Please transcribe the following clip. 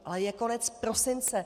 Ale je konec prosince.